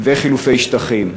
וחילופי שטחים.